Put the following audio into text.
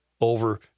over